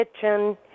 kitchen